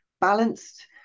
balanced